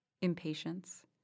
impatience